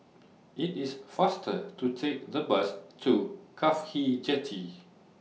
IT IS faster to Take The Bus to Cafhi Jetty